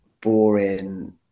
boring